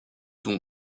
dont